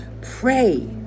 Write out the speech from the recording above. Pray